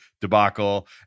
debacle